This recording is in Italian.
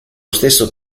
stesso